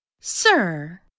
Sir